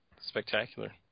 spectacular